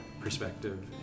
perspective